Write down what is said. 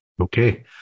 Okay